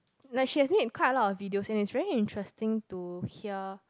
she has made quite a lot of video and it's very interesting to hear